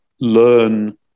learn